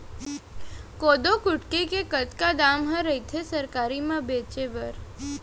कोदो कुटकी के कतका दाम ह रइथे सरकारी म बेचे बर?